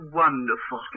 wonderful